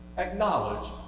acknowledge